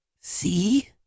see